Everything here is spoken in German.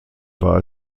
war